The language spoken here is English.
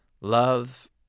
love